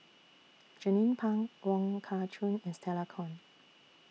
Jernnine Pang Wong Kah Chun and Stella Kon